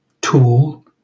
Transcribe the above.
tool